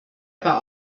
aber